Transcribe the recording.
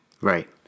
Right